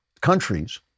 countries